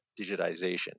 digitization